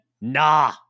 nah